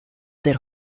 their